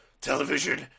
television